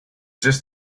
just